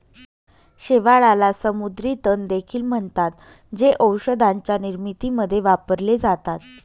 शेवाळाला समुद्री तण देखील म्हणतात, जे औषधांच्या निर्मितीमध्ये वापरले जातात